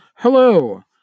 Hello